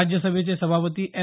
राज्यसभेचे सभापती एम